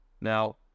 Now